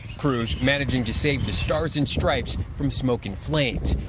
crewing managing to save the stars and stripes from smoke and flames,